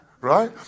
right